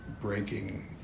breaking